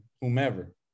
whomever